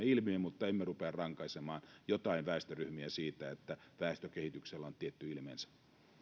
ilmiön mutta emme rupea rankaisemaan jotain väestöryhmiä siitä että väestökehityksellä on tietty ilmeensä